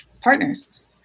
partners